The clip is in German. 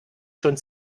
schon